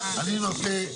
אני נוטה,